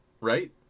right